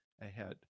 ahead